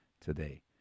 today